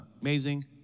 amazing